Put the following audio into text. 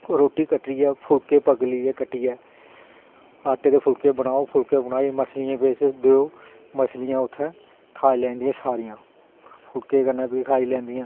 रुट्टी कट्टियै फुलकै कट्टियै आटे दे फुलके बनाओ ते मछलियें गी देओ मछलियां उत्थें खाई लैंदियां सारियां फुलके कन्नै बी खाई लैंदियां